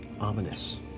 ominous